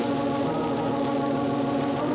on